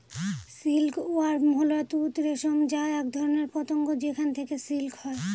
silk worm হল তুঁত রেশম যা এক ধরনের পতঙ্গ যেখান থেকে সিল্ক হয়